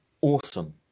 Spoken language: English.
awesome